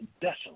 desolate